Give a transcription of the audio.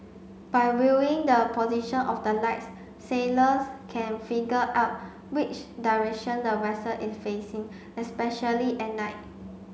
by viewing the position of the lights sailors can figure out which direction the vessel is facing especially at night